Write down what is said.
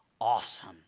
awesome